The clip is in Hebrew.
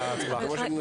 זה מה שאני מנסה להגיד.